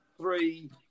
three